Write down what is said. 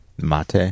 mate